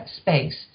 space